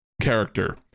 character